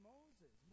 Moses